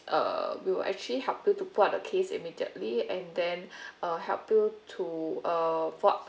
uh we'll actually help you to report the case immediately and then uh help you to uh void